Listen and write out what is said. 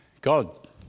God